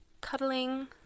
cuddling